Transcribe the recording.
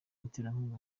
muterankunga